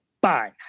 Bye